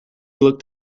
looked